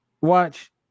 watch